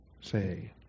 Say